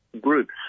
groups